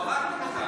הרגתם אותנו.